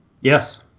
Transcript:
Yes